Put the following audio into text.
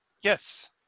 Yes